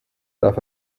darf